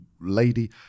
lady